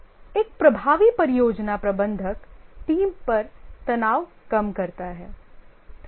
एक प्रभावी परियोजना प्रबंधक टीम पर तनाव कम करता है